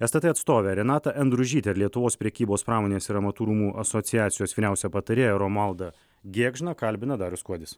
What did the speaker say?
stt atstovę renatą endružytę ir lietuvos prekybos pramonės ir amatų rūmų asociacijos vyriausią patarėją romualdą gėgžną kalbina darius kuodis